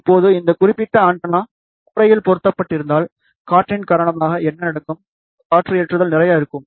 இப்போது இந்த குறிப்பிட்ட ஆண்டெனா கூரையில் பொருத்தப்பட்டிருந்தால் காற்றின் காரணமாக என்ன நடக்கும் காற்று ஏற்றுதல் நிறைய இருக்கும்